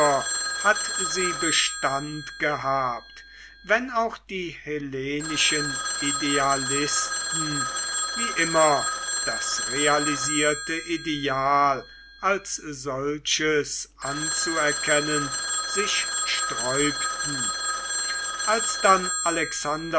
hat sie bestand gehabt wenn auch die hellenischen idealisten wie immer das realisierte ideal als solches anzuerkennen sich sträubten als dann alexanders